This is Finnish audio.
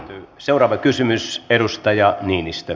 seuraava kysymys edustaja niinistö